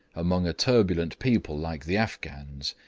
among a turbulent people like the afghans,